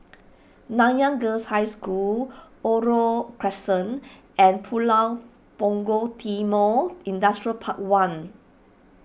Nanyang Girls' High School Oriole Crescent and Pulau Punggol Timor Industrial Park one